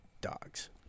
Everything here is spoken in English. dogs